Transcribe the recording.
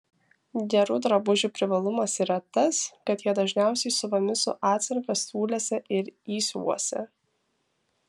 gerų drabužių privalumas yra tas kad jie dažniausiai siuvami su atsarga siūlėse ir įsiuvuose